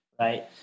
right